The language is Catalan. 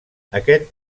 aquest